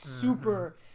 super